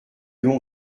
l’on